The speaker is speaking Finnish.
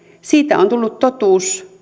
siitä on tullut totuus